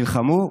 נלחמו,